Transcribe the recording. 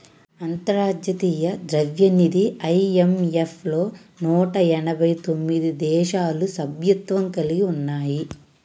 అంతర్జాతీయ ద్రవ్యనిధి ఐ.ఎం.ఎఫ్ లో నూట ఎనభై తొమ్మిది దేశాలు సభ్యత్వం కలిగి ఉన్నాయి